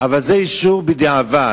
זה אישור בדיעבד.